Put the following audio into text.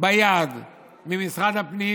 ביד ממשרד הפנים